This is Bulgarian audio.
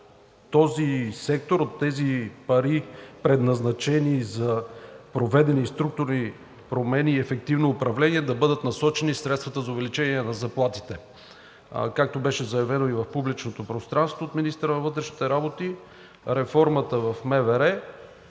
този сектор – от тези пари, предназначени за проведени структурни промени и ефективно управление, да бъдат насочени средствата за увеличение на заплатите. Както беше заявено и в публичното пространство от министъра на вътрешните работи, реформата в МВР е